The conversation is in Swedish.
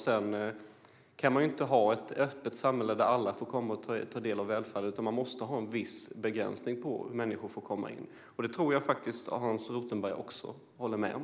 Sedan kan man inte ha ett öppet samhälle där alla får komma in och ta del av välfärden, utan man måste ha en viss begränsning av människor som får komma in. Det tror jag faktiskt att Hans Rothenberg håller med om.